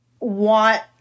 want